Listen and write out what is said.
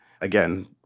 again